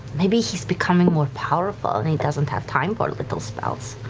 maybe he's becoming more powerful, and he doesn't have time for little spells.